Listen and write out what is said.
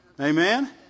Amen